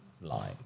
line